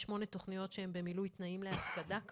יש שמונה תכניות שהן במילוי תנאים להפקדה כבר.